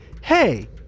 hey